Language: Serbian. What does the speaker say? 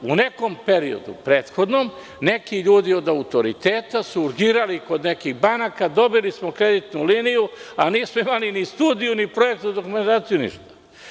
U nekom prethodnom periodu neki ljudi od autoriteta su urgirali kod nekih banaka, dobili smo kreditnu liniju, a nismo imali ni studiju, ni projektnu dokumentaciju, ništa.